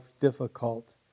difficult